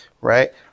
Right